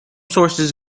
sources